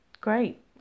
Great